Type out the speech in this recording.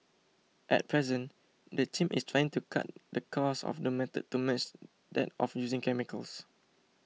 at present the team is trying to cut the cost of the method to match that of using chemicals